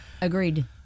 agreed